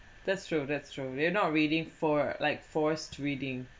that's true that's true they're not reading for like forced reading